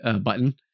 button